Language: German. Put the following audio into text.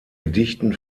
gedichten